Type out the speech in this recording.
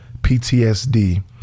PTSD